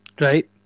right